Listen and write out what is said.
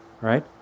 right